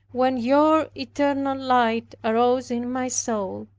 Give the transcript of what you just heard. when your eternal light arose in my soul,